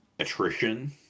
attrition